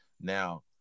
now